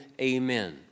Amen